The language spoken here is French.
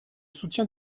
soutien